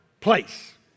place